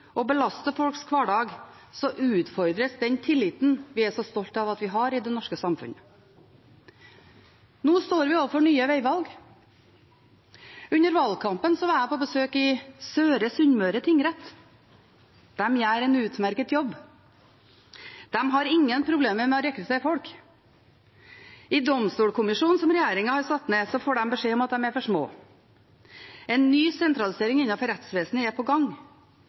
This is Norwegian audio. og belaster folks hverdag, utfordres den tilliten vi er så stolt av at vi har i det norske samfunnet. Nå står vi overfor nye vegvalg. Under valgkampen var jeg på besøk i Søre Sunnmøre tingrett. De gjør en utmerket jobb. De har ingen problemer med å rekruttere folk. I domstolkommisjonen som regjeringen har satt ned, får de beskjed om at de er for små. En ny sentralisering innenfor rettsvesenet er på gang,